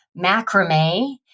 macrame